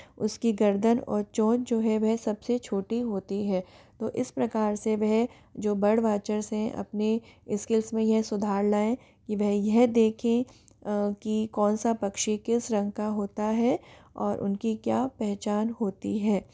उसकी गर्दन और चोंच जो है वह सबसे छोटी होती है तो इस प्रकार से वह जो बर्ड वाचर्स हैं अपने इस्किल्स में यह सुधार लाएं कि वह यह देखें की कौन सा पक्षी किस रंग का होता है और उनकी क्या पहचान होती है